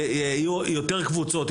שיהיו יותר קבוצות,